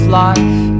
life